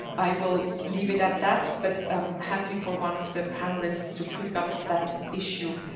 i will leave it at that, but um happy for one of the panelists to pick up that issue.